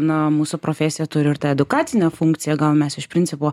na mūsų profesija turi ir tą edukacinę funkciją gal mes iš principo